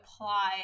apply